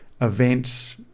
events